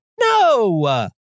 No